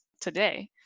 today